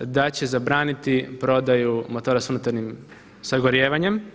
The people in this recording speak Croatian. da će zabraniti prodaju motora sa unutarnjim sagorijevanjem.